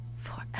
forever